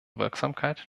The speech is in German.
wirksamkeit